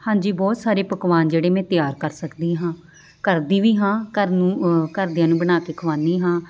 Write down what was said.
ਹਾਂਜੀ ਬਹੁਤ ਸਾਰੇ ਪਕਵਾਨ ਜਿਹੜੇ ਮੈਂ ਤਿਆਰ ਕਰ ਸਕਦੀ ਹਾਂ ਕਰਦੀ ਵੀ ਹਾਂ ਘਰ ਨੂੰ ਘਰਦਿਆਂ ਨੂੰ ਬਣਾ ਕੇ ਖਵਾਉਂਦੀ ਹਾਂ